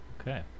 okay